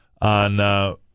on